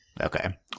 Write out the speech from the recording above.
Okay